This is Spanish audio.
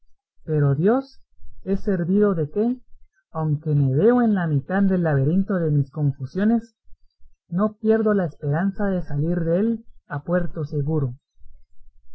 pero dios es servido de que aunque me veo en la mitad del laberinto de mis confusiones no pierdo la esperanza de salir dél a puerto seguro